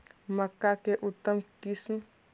मक्का के उतम किस्म?